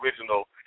original